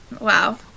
wow